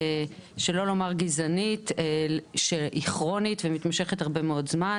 שלא לומר גזענית שהיא כרונית ומתמשכת הרבה מאוד זמן.